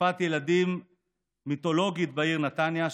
רופאת ילדים מיתולוגית בעיר נתניה,